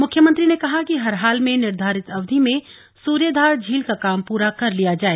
मुख्यमंत्री ने कहा कि हर हाल में निर्धारित अवधि में सूर्यधार झील का काम पूरा कर लिया जाए